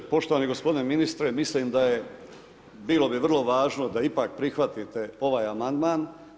Poštovani gospodine ministre, mislim bilo bi vrlo važno da ipak prihvatite ovaj amandman.